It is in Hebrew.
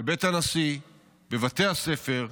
בבית הנשיא, בבתי הספר,